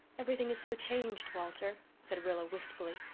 everything is so changed, walter, said rilla wistfully.